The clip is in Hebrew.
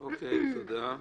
תודה.